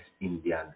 indian